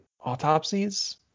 autopsies